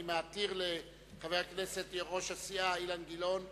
אני מתיר ליושב-ראש הסיעה, חבר הכנסת אילן גילאון,